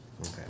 Okay